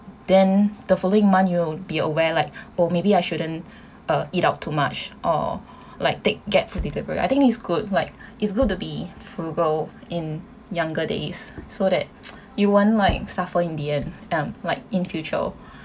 then the following month you will be aware like oh maybe I shouldn't uh eat out too much or like take GrabFood delivery I think is good like it's good to be frugal in younger days so that you won't like suffer in the end um like in future